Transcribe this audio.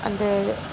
அந்த